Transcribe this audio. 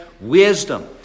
wisdom